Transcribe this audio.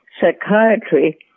Psychiatry